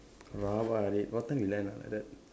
rabak lah dey what time you'll end ah like that